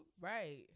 Right